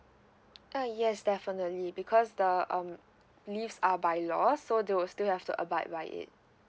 uh yes definitely because the um leaves are by law so they will still have to abide by it